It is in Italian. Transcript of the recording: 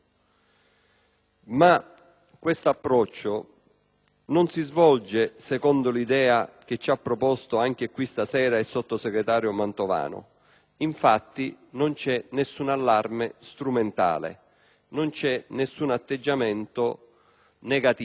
questo approccio, che però non si svolge secondo l'idea che ha riproposto anche qui stasera il sottosegretario Mantovano. Non c'è nessun allarme strumentale, non c'è nessun atteggiamento negativo;